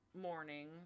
morning